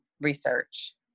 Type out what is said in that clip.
research